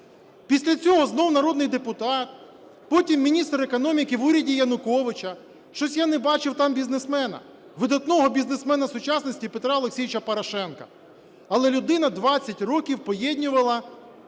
Після цього знову народний депутат, потім міністр економіки в уряді Януковича. Щось я не бачив там бізнесмена, видатного бізнесмена сучасності Петра Олексійовича Порошенка. Але людина 20 років поєднувала